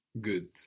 Good